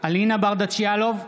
אלינה ברדץ' יאלוב,